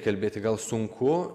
kalbėti gal sunku